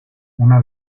una